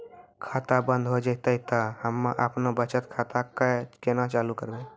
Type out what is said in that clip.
खाता बंद हो जैतै तऽ हम्मे आपनौ बचत खाता कऽ केना चालू करवै?